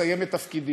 לסיים את תפקידי.